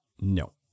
No